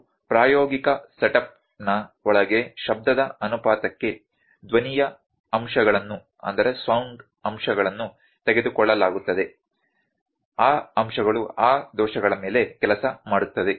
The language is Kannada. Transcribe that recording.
ನಮ್ಮ ಪ್ರಾಯೋಗಿಕ ಸೆಟಪ್ನ ಒಳಗೆ ಶಬ್ದದ ಅನುಪಾತಕ್ಕೆ ಧ್ವನಿಯ ಅಂಶಗಳನ್ನು ತೆಗೆದುಕೊಳ್ಳಲಾಗುತ್ತದೆ ಆ ಅಂಶಗಳು ಆ ದೋಷಗಳ ಮೇಲೆ ಕೆಲಸ ಮಾಡುತ್ತದೆ